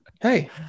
Hey